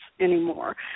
anymore